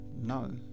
No